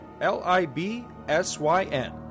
L-I-B-S-Y-N